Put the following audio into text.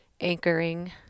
anchoring